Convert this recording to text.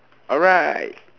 all right